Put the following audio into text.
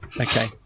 Okay